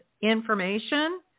information